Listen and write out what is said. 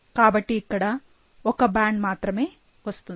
కాబట్టి ఇక్కడ ఒక బ్యాండ్ మాత్రమే వస్తుంది